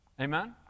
amen